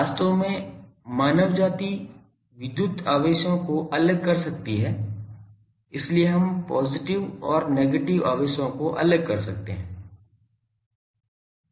वास्तव में मानव जाति विद्युत आवेशों को अलग कर सकती है इसलिए हम पॉजिटिव और नेगेटिव आवेशों को अलग कर सकते हैं